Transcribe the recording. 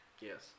Yes